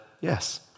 yes